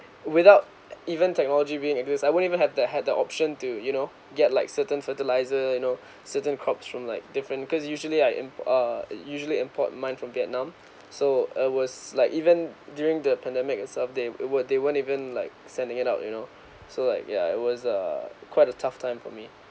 without even technology being exist I won't even have the had the option to you know get like certain fertiliser you know certain crops from like different because usually I am err usually import mine from vietnam so it was like even during the pandemic itself they were they won't even like sending it out you know so like ya it was err quite a tough time for me